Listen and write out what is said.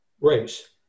race